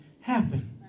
happen